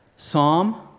Psalm